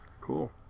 Cool